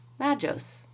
magos